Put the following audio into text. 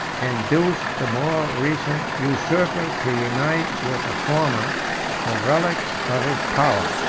induced the more recent usurper to unite with the former the relics of his power.